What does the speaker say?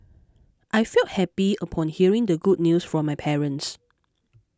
I felt happy upon hearing the good news from my parents